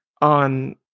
on